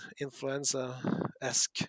influenza-esque